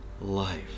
life